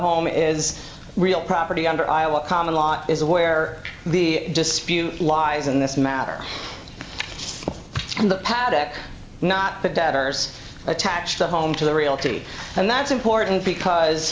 home is real property under iowa common law is where the dispute lies in this matter and the paddock not the debtors attached the home to the realty and that's important because